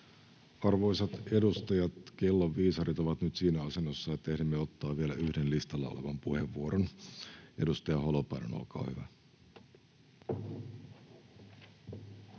Arvoisat edustajat, kellon viisarit ovat nyt siinä asennossa, että ehdimme ottaa vielä yhden listalla olevan puheenvuoron. — Edustaja Holopainen, olkaa hyvä.